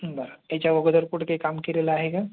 बरं याच्या अगोदर कुठं काही काम केलेलं आहे का